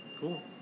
Cool